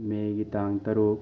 ꯃꯦꯒꯤ ꯇꯥꯡ ꯇꯔꯨꯛ